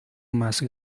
más